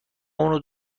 اونو